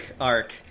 arc